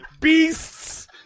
Beasts